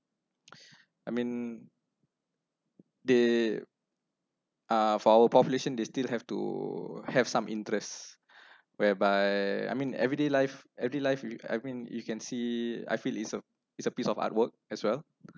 I mean they uh for our population they still have to have some interest whereby I mean everyday life every life you I mean you can see I feel is a is a piece of artwork as well